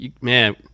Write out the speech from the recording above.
man